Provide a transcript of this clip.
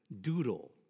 doodle